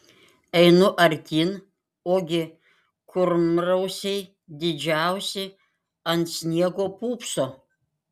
einu artyn ogi kurmrausiai didžiausi ant sniego pūpso